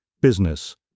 Business